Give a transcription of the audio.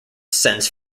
sends